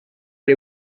ari